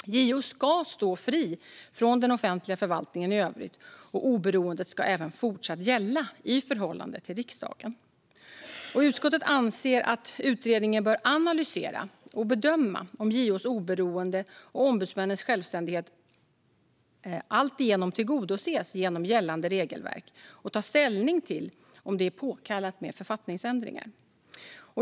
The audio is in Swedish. JO ska stå fri från den offentliga förvaltningen i övrigt, och oberoendet ska även fortsatt gälla i förhållande till riksdagen. Utskottet anser att utredningen bör analysera och bedöma om JO:s oberoende och ombudsmännens självständighet alltigenom tillgodoses genom gällande regelverk och ta ställning till om det är påkallat med författningsändringar.